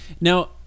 Now